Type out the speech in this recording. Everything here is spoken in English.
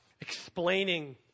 explaining